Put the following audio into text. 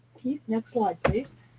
keith, next slide, please.